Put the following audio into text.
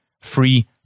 free